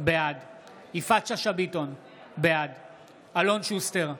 בעד יפעת שאשא ביטון, בעד אלון שוסטר,